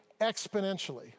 exponentially